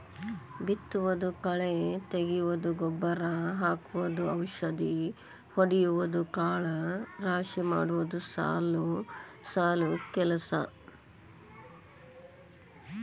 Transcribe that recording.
ಬಿತ್ತುದು ಕಳೆ ತಗಿಯುದು ಗೊಬ್ಬರಾ ಹಾಕುದು ಔಷದಿ ಹೊಡಿಯುದು ಕಾಳ ರಾಶಿ ಮಾಡುದು ಸಾಲು ಸಾಲು ಕೆಲಸಾ